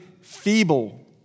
feeble